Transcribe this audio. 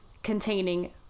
Containing